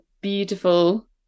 beautiful